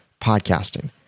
podcasting